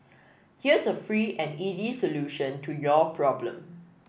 here's a free and easy solution to your problem